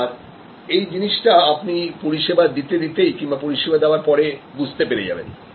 আর সেই জিনিসটা আপনি পরিষেবা দিতে দিতেই কিংবাপরিষেবা দেওয়ার পরে বুঝতে পেরে যাবেন